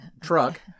truck